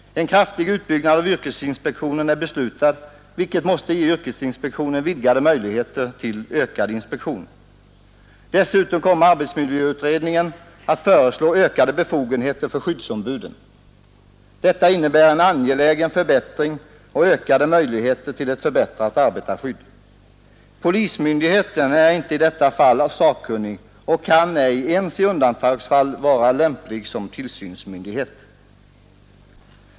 En kraftig utbyggnad av yrkesinspektionen är beslutad, vilket måste ge yrkesinspektionen vidgade möjligheter till ökad inspektion. Dessutom kommer arbetsmiljöutredningen att föreslå ökade befogenheter för skyddsombuden. Detta innebär en angelägen förbättring och ökade möjligheter till ett förbättrat arbetarskydd. Polismyndigheten är inte i detta fall sakkunnig och kan ej ens i undantagsfall vara lämplig som tillsynsmyndighet.